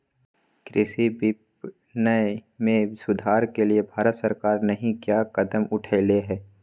कृषि विपणन में सुधार के लिए भारत सरकार नहीं क्या कदम उठैले हैय?